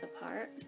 apart